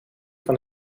van